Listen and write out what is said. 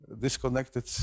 disconnected